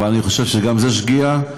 אני חושב שגם זו שגיאה,